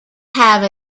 have